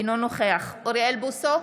אינו נוכח אוריאל בוסו,